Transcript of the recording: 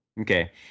Okay